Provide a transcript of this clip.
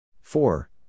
Four